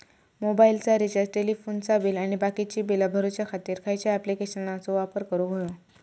मोबाईलाचा रिचार्ज टेलिफोनाचा बिल आणि बाकीची बिला भरूच्या खातीर खयच्या ॲप्लिकेशनाचो वापर करूक होयो?